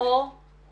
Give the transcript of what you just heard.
הם נמצאים.